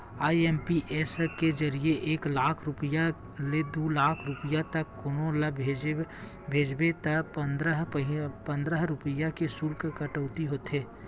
IMPS के जरिए एक लाख रूपिया ले दू लाख रूपिया तक कोनो ल भेजबे त पंद्रह रूपिया के सुल्क कटउती होथे